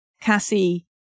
Cassie